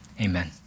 amen